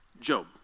Job